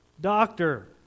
doctor